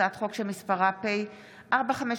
הצעת חוק שמספרה פ/457/24,